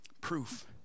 proof